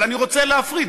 אבל אני רוצה להפריד,